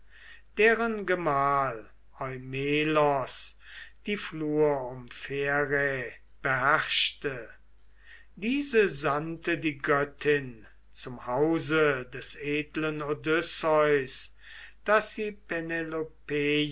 deren gemahl eumelos die flur um pherai beherrschte diese sandte die göttin zum hause des edlen odysseus daß sie